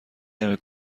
نمی